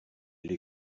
les